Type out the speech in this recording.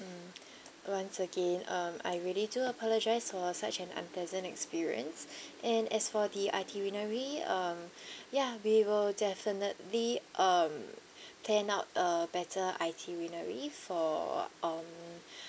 mm once again um I really do apologise for such an unpleasant experience and as for the itinerary um ya we will definitely um plan out a better itinerary for um